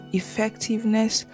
effectiveness